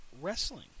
wrestling